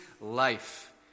life